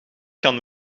kan